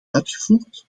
uitgevoerd